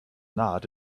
not